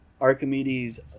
Archimedes